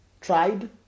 tried